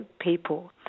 people